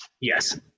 Yes